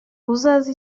uzaze